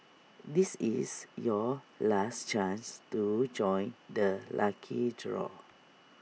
this is your last chance to join the lucky draw